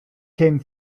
came